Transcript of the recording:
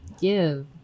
give